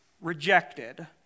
rejected